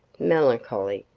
melancholy,